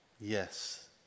yes